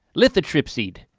lithotripsy-ed.